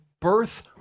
birth